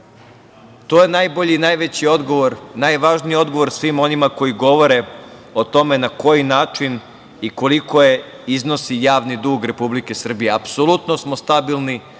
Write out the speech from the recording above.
To je najbolji i najveći odgovor, najvažniji odgovor svima onima koji govore o tome na koji način i koliko iznosi javni dug Republike Srbije. Apsolutno smo stabilni,